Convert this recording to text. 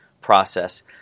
process